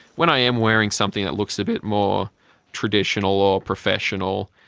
when i am wearing something that looks a bit more traditional or professional,